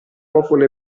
popolo